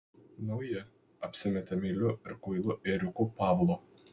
nauji apsimetė meiliu ir kvailu ėriuku pavlo